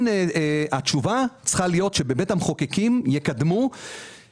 התשובה צריכה להיות שבבית המחוקקים יקדמו את זה.